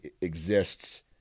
exists